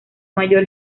mayor